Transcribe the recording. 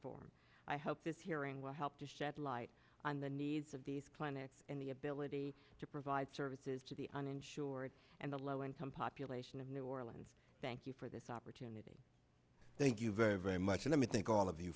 reform i hope this hearing will help to shed light on the needs of these clinics in the ability to provide services to the uninsured and the low income population of new orleans thank you for this opportunity thank you very very much let me think all of you